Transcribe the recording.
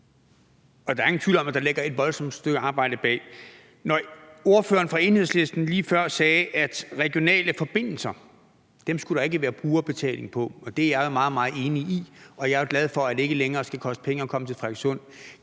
Og der er ingen tvivl om, at der ligger et voldsomt stykke arbejde bag. Ordføreren fra Enhedslisten sagde lige før, at regionale forbindelser skulle der ikke være brugerbetaling på, og det er jeg meget, meget enig i, og jeg er glad for, at det ikke længere skal koste penge at komme til Frederikssund.